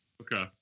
Okay